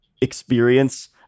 experience